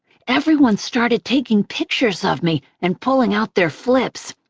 everyone started taking pictures of me and pulling out their flips,